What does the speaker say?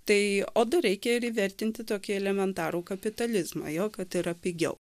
tai o dar reikia ir įvertinti tokį elementarų kapitalizmą jo kad yra pigiau